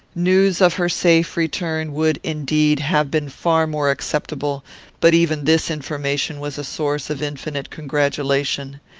news of her safe return would, indeed, have been far more acceptable but even this information was a source of infinite congratulation.